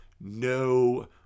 no